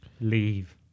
leave